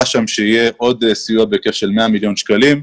שם שיהיה עוד סיוע בהיקף של 100 מיליון שקלים.